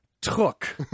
took